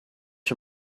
her